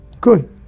Good